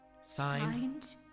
Signed